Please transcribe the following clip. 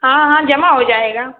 हाँ हाँ जमा हो जाएगा